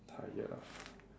tired ah